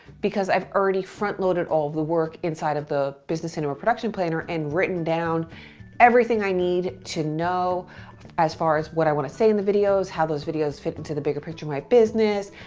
because i've already front-loaded all of the work inside of the business cinema production planner and written down everything i need to know as far as what i wanna say in the videos, how those videos fit into the bigger picture of my business,